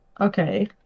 Okay